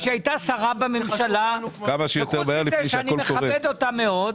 היא הייתה שרה בממשלה וחוץ מזה אני מכבד אותה מאוד.